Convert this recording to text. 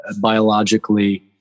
biologically